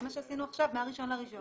זה מה שעשינו עכשיו, מה-1 בינואר.